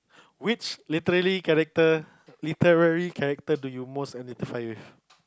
which literary character literary character do you most identify with